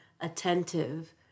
attentive